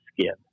skin